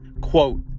Quote